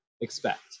expect